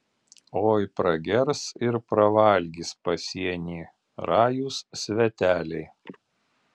oi pragers ir pravalgys pasienį rajūs sveteliai